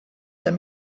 that